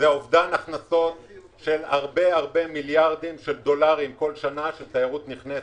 מדובר באובדן הכנסות של מיליארדי דולרים כל שנה של תיירות נכנסת.